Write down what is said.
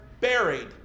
buried